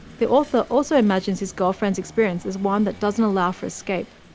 the author also imagines his girlfriend's experience as one that doesn't allow for escape.